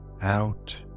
out